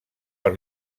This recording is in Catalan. per